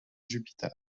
jupiter